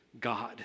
God